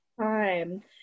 time